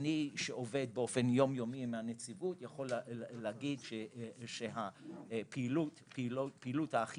אני עובד באופן יום יומי עם הנציבות ואני יכול לומר שפעילות האכיפה